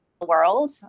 world